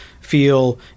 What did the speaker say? feel